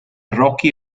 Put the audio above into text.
rookie